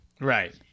Right